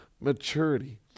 maturity